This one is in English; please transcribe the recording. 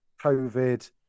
COVID